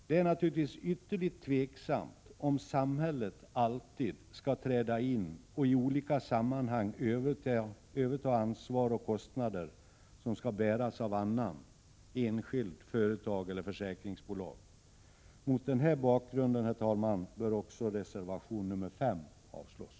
Det är naturligtvis ytterligt tveksamt om samhället alltid skall träda in och i olika sammanhang överta ansvar och kostnader som skall bäras av annan — enskild, företag eller försäkringsbolag. Mot den här bakgrunden, herr talman, bör också reservation nr 5 avslås.